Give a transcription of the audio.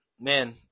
man